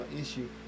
issue